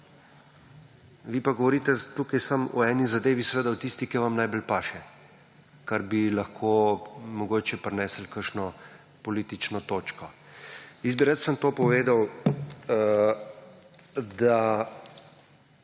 Vi pa govorite tukaj samo o eni zadevi, seveda o tisti, ki vam najbolj paše, kar bi lahko mogoče prinesel kakšno politično točko. **25. TRAK: (SC) –